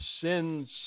sins